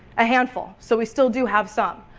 a handful. so we still do have some.